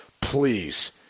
Please